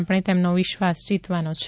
આપણે તેમનો વિશ્વાસ જીતવાનો છે